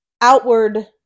outward